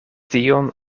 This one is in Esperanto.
tion